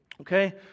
okay